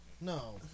No